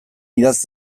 idatz